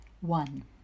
One